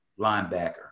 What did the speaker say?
linebacker